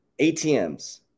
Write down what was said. ATMs